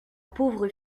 pauvre